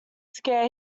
scare